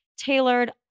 tailored